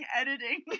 editing